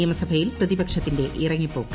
നിയമസഭയിൽ പ്രതിപക്ഷത്തിന്റെ ഇറങ്ങിപ്പോക്ക്